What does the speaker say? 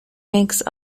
makes